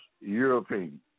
European